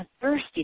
thirsty